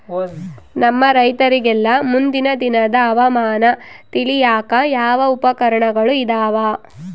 ನಮ್ಮ ರೈತರಿಗೆಲ್ಲಾ ಮುಂದಿನ ದಿನದ ಹವಾಮಾನ ತಿಳಿಯಾಕ ಯಾವ ಉಪಕರಣಗಳು ಇದಾವ?